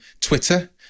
Twitter